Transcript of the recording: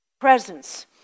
presence